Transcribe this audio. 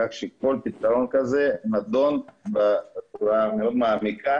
כך שכל פתרון כזה נדון בצורה מאוד מעמיקה